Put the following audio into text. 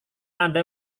anda